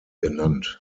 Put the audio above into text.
genannt